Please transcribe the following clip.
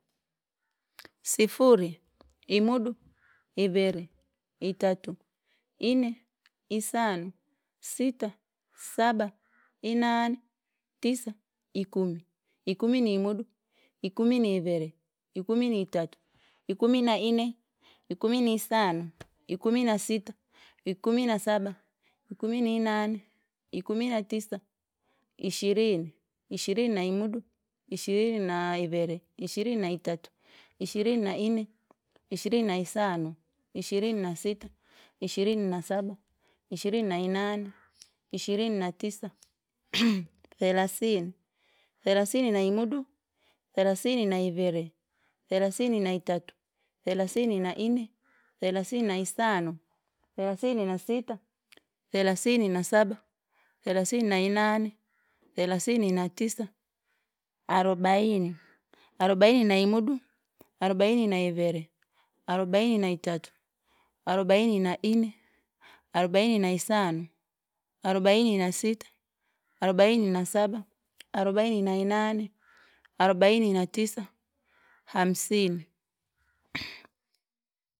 Sifuri, imudu, iviri, itatu, ine, isanu. sita, saba, inani, tisa, ikumi, ikumi ni imudu, ikumi ni iviri, ikumi ni itatu, ikumi na ine, ikumi ni isanu, ikumi na sita, ikumi na saba, ikumi ni inani, ikumi na tisa, ishirini, ishiri na imudu, ishirini na iviri, ishirinina itatu, ishirini na ine, ishirini na isanu, ishirini na sita, ishirini na saba, ishirini na inani, ishirini na tisa, thelathini, thelathini imudu, thelathini na iviri, thelathini na itatu, thelathini na ine, thelathini na isano, thelathini na sita, thelathini na saba, thelathini na inane, thelathini na tisa, arubuni, arubaini na imudu, arubaini na iviri, arubaini na itatu, arubaini na ine, arubaini na isano, arubaini na sita, arubaini na saba, arubaini na inane, arubaini na tisa, hamsini.